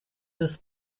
this